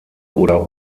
oder